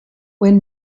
when